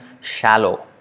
shallow